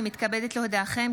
אני מתכבדת להודיעכם,